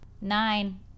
Nine